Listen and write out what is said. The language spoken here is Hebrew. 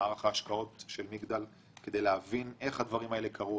במערך ההשקעות של מגדל כדי להבין איך הדברים האלה קרו,